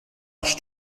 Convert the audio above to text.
marche